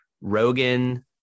Rogan